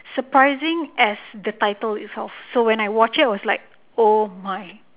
surprising as the title itself so when I watched it I was like oh my